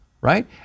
right